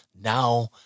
now